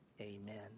Amen